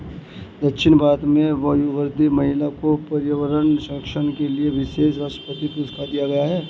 दक्षिण भारत में वयोवृद्ध महिला को पर्यावरण संरक्षण के लिए विशेष राष्ट्रपति पुरस्कार दिया गया है